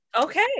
okay